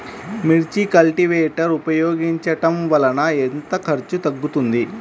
మిర్చి కల్టీవేటర్ ఉపయోగించటం వలన ఎంత ఖర్చు తగ్గుతుంది?